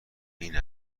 این